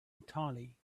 entirely